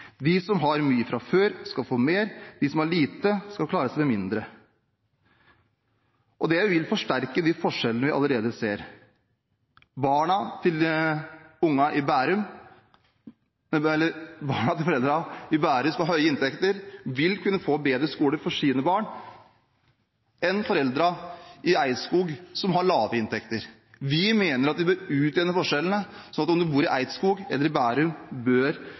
som har mye fra før, skal få mer, de som har lite, skal klare seg med mindre. Det vil forsterke de forskjellene vi allerede ser. Foreldrene i Bærum som har høye inntekter, vil kunne få bedre skoler for sine barn enn foreldrene i Eidskog som har lave inntekter. Vi mener at vi bør utjevne forskjellene, sånn at om en bor i Eidskog eller i Bærum, bør